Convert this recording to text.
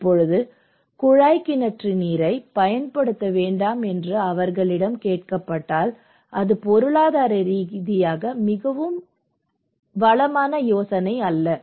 இப்போது குழாய் கிணற்று நீரைப் பயன்படுத்த வேண்டாம் என்று அவர்களிடம் கேட்கப்பட்டால் அது பொருளாதார ரீதியாக மிகவும் வளமான யோசனை அல்ல